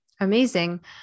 Amazing